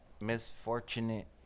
misfortunate